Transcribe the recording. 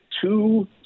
two